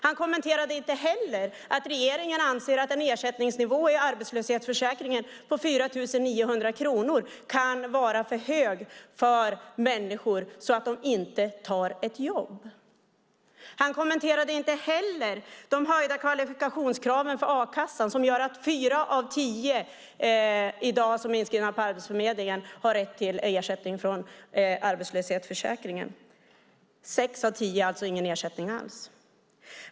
Han kommenterade heller inte att regeringen anser att en ersättningsnivå i arbetslöshetsförsäkringen på 4 900 kronor kan vara för hög för människor så att de inte tar ett jobb. Han kommenterade inte heller de höjda kvalifikationskraven för a-kassan, som gör att bara fyra av tio som i dag är inskrivna på Arbetsförmedlingen har rätt till ersättning från arbetslöshetsförsäkringen. Sex av tio har alltså ingen ersättning alls.